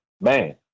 man